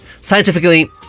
Scientifically